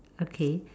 okay